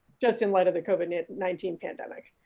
just in light of the covid nineteen pandemic.